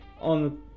On